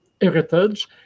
heritage